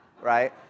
Right